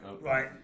right